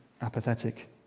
apathetic